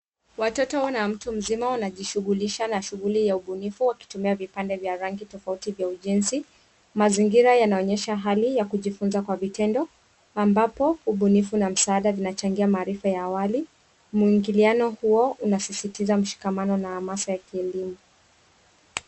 Watoto na mtu mzima wanajishughulisha na shughuli ya ubunifu wakitumia vipande vya rangi tofauti vya ujenzi. Mazingira yanaonyesha hali ya kujifunza kwa vitendo ambapo ubunifu na msaada unachangia maarifa ya awali . Mwingiliano huo unasisitiza mshikamano na hamasa ya kielimu.